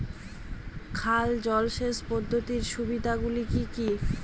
খাল জলসেচ পদ্ধতির সুবিধাগুলি কি কি?